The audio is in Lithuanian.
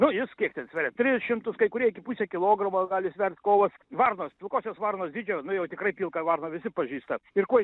nu jis kiek ten sveria tris šimtus kai kurie pusę kilogramo gali svert kovas varnos pilkosios varnos dydžio nu jau tikrai pilką varną visi pažįsta ir kuo